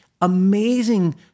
amazing